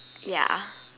ya